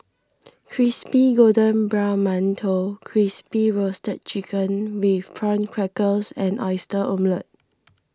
Crispy Golden Brown Mantou Crispy Roasted Chicken with Prawn Crackers and Oyster Omelette